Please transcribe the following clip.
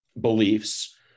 beliefs